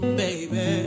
baby